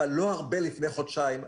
אבל לא הרבה לפני חודשיים.